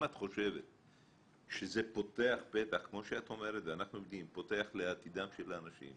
אם את חושבת שזה פותח פתח לעתידם של האנשים,